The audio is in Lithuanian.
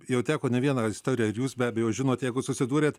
jau teko ne vieną istoriją ir jūs be abejo žinot jeigu susidūrėt